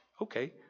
Okay